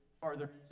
farther